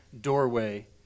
doorway